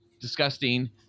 disgusting